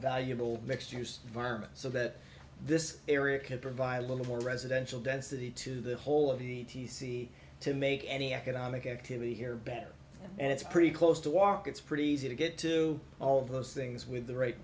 valuable mixed use vironment so that this area can provide a little more residential density to the whole of the d c to make any economic activity here better and it's pretty close to walk it's pretty easy to get to all of those things with the right